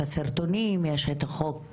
יש את חוק הסרטונים,